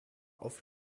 auf